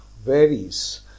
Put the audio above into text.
varies